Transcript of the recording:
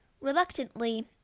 Reluctantly